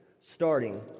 starting